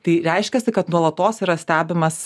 tai reiškiasi kad nuolatos yra stebimas